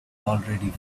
already